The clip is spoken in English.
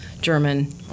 German